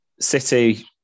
City